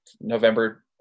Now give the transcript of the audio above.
November